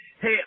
Hey